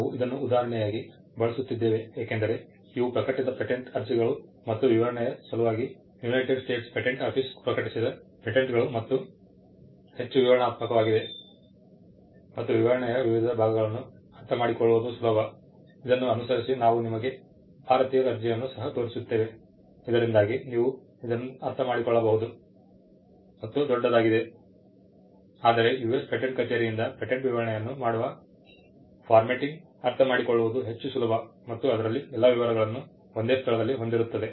ನಾವು ಇದನ್ನು ಉದಾಹರಣೆಯಾಗಿ ಬಳಸುತ್ತಿದ್ದೇವೆ ಏಕೆಂದರೆ ಇವು ಪ್ರಕಟಿತ ಪೇಟೆಂಟ್ ಅರ್ಜಿಗಳು ಮತ್ತು ವಿವರಣೆಯ ಸಲುವಾಗಿ ಯುನೈಟೆಡ್ ಸ್ಟೇಟ್ಸ್ ಪೇಟೆಂಟ್ ಆಫೀಸ್ ಪ್ರಕಟಿಸಿದ ಪೇಟೆಂಟ್ಗಳು ಹೆಚ್ಚು ವಿವರಣಾತ್ಮಕವಾಗಿವೆ ಮತ್ತು ವಿವರಣೆಯ ವಿವಿಧ ಭಾಗಗಳನ್ನು ಅರ್ಥಮಾಡಿಕೊಳ್ಳುವುದು ಸುಲಭ ಇದನ್ನು ಅನುಸರಿಸಿ ನಾವು ನಿಮಗೆ ಭಾರತೀಯ ಅರ್ಜಿಯನ್ನು ಸಹ ತೋರಿಸುತ್ತೇವೆ ಇದರಿಂದಾಗಿ ನೀವು ಅದನ್ನು ಅರ್ಥಮಾಡಿಕೊಳ್ಳಬಹುದು ಮತ್ತು ದೊಡ್ಡದಾಗಿದೆ ಆದರೆ ಯುಎಸ್ ಪೇಟೆಂಟ್ ಕಚೇರಿಯಿಂದ ಪೇಟೆಂಟ್ ವಿವರಣೆಯನ್ನು ಮಾಡುವ ಫಾರ್ಮ್ಯಾಟಿಂಗ್ ಅರ್ಥಮಾಡಿಕೊಳ್ಳುವುದು ಹೆಚ್ಚು ಸುಲಭ ಮತ್ತು ಅದರಲ್ಲಿ ಎಲ್ಲಾ ವಿವರಗಳನ್ನು ಒಂದೇ ಸ್ಥಳದಲ್ಲಿ ಹೊಂದಿರುತ್ತದೆ